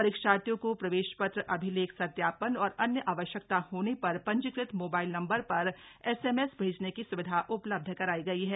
परीक्षार्थियों को प्रवेश पत्र अभिलेख सत्यापन और अन्य आवश्यकता होने पर पंजीकृत मोबाइल नम्बर पर एसएमएस भेजने की सुविधा उपलब्ध कराई गई है